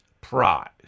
prize